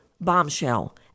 bombshell